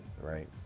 right